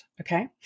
Okay